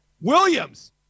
Williams